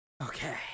Okay